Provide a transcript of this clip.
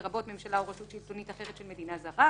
לרבות ממשלה או רשות שלטונית אחרת של מדינה זרה,